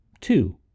Two